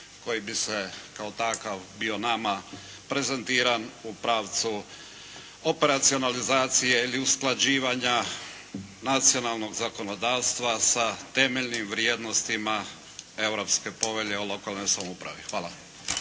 koji bi se kao takav bio nama prezentiran u pravcu operacionalizacije ili usklađivanja nacionalnog zakonodavstva sa temeljnim vrijednostima Europske povelje o lokalnoj samoupravi. Hvala.